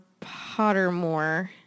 Pottermore